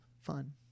fun